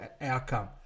outcome